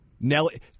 Nelly